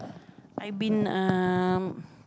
I been uh